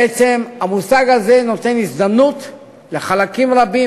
בעצם המושג הזה נותן הזדמנות לחלקים רבים